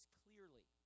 clearly